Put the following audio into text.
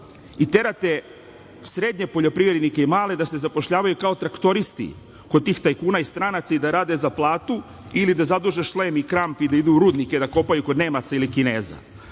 i terate srednje poljoprivrednike i male da se zapošljavaju kao traktoristi kod tih tajkuna i stranaca i da rade za platu ili da zaduže šlem i kramp i da idu u rudnike i da kopaju kod Nemaca ili Kineza. Svaki